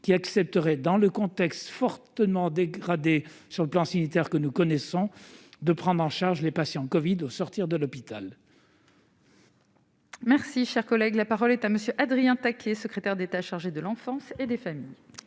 qui accepterait, dans le contexte fortement dégradée sur le plan sanitaire que nous connaissons de prendre en charge les patients Covid au sortir de l'hôpital. Merci, cher collègue, la parole est à monsieur Adrien taquet, secrétaire d'État chargé de l'enfance et des familles.